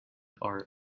are